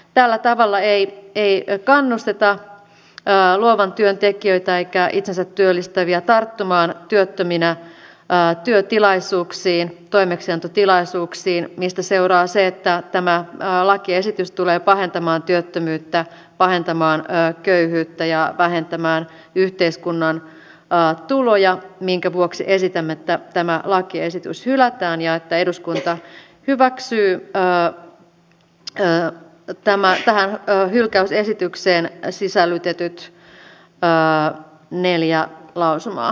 tällä tavalla ei kannusteta luovan työn tekijöitä eikä itsensätyöllistäjiä tarttumaan työttöminä työtilaisuuksiin toimeksiantotilaisuuksiin mistä seuraa se että tämä lakiesitys tulee pahentamaan työttömyyttä pahentamaan köyhyyttä ja vähentämään yhteiskunnan tuloja minkä vuoksi esitämme että tämä lakiesitys hylätään ja että eduskunta hyväksyy tähän hylkäysesitykseen sisällytetyt neljä lausumaa